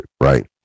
right